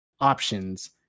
options